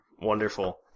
Wonderful